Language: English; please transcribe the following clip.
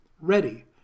ready